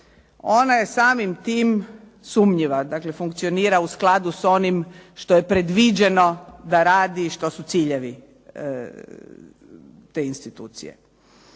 ona je samim tim sumnjiva, dakle funkcionira u skladu s onim što je predviđeno da radi i što su ciljevi te institucije.